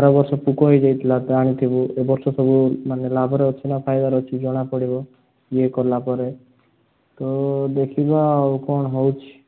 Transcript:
ଆରବର୍ଷ ପୋକ ହେଇଯାଇଥିଲା ତ ଆଣିଥିଲି ଏବର୍ଷ ସବୁ ମାନେ ଲାଭରେ ଅଛୁ ନା ଫାଇଦାରେ ଅଛୁ ଜଣା ପଡ଼ିବ ଇଏ କଲାପରେ ତ ଦେଖିବା ଆଉ କଣ ହେଉଛି